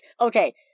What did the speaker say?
okay